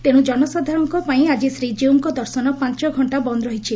ତେଣୁ ଜନସାଧାରଶଙ୍କ ପାଇଁ ଆଜି ଶ୍ରୀକୀଉଙ୍କ ଦର୍ଶନ ପାଞଘକ୍ଷା ବନ୍ଦ ରହିଛି